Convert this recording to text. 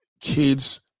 kids